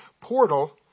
portal